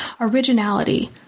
originality